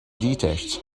detached